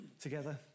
together